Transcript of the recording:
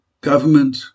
government